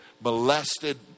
molested